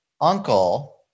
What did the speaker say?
uncle